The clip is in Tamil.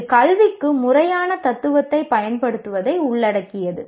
இது கல்விக்கு முறையான தத்துவத்தைப் பயன்படுத்துவதை உள்ளடக்கியது